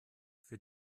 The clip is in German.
für